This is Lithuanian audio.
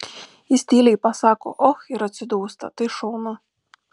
jis tyliai pasako och ir atsidūsta tai šaunu